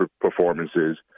performances